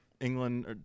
England